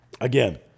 Again